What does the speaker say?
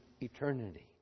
eternity